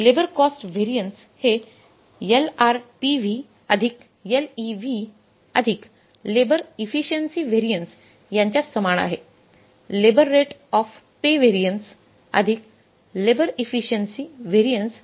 labour cost variance हे LRPV LEV labour efficiency variance यांच्या सामान आहेलेबर rate of pay variance labour efficiency variance